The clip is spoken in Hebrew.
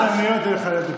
הרבה הזדמנויות יהיו לך לדבר.